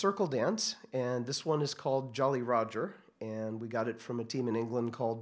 circle dance and this one is called jolly roger and we got it from a team in england called